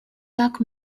так